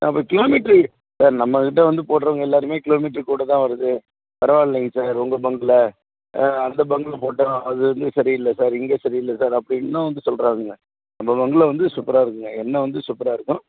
sir இப்போ kilometre sir நம்ம கிட்ட வந்து போடறவங்க எல்லோருமே கிலோ மீட்ரு கூட தான் வருது பரவாயில்லைங்க சார் உங்க பங்கில் அந்த பங்கில் போட்டோம் அது வந்து சரி இல்லை சார் இங்கே சரி இல்லை சார் அப்படின்னு வந்து சொல்கிறாங்க நம்ம பங்கில் வந்து சூப்பராக இருக்குங்க எண்ணெய் வந்து சூப்பராக இருக்கும்